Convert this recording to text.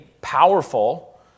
powerful